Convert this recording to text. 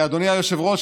אדוני היושב-ראש,